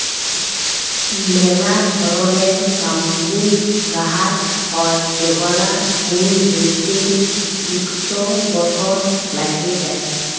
ম্যালা ধরলের ব্যাম্বু গাহাচ হ্যয় যেগলার ফুল ধ্যইরতে ইক শ বসর ল্যাইগে যায়